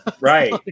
right